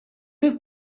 oedd